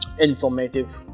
informative